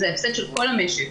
זה ההפסד של כל המשק.